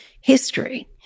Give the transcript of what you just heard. history